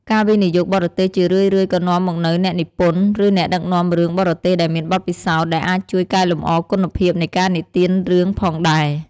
ការវិនិយោគបរទេសជារឿយៗក៏នាំមកនូវអ្នកនិពន្ធ ឬអ្នកដឹកនាំរឿងបរទេសដែលមានបទពិសោធន៍ ដែលអាចជួយកែលម្អគុណភាពនៃការនិទានរឿងផងដែរ។